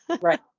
Right